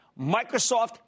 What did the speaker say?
Microsoft